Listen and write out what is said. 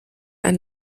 ein